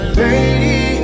lady